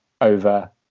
over